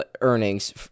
earnings